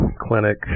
clinic